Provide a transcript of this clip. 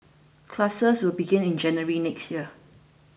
classes will begin in January next year